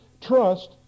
trust